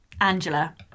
Angela